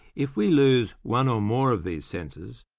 if we lose one or more of these senses,